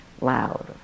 loud